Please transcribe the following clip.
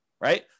right